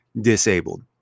disabled